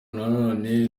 nanone